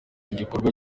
igikorwa